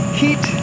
heat